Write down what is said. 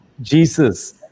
Jesus